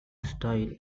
style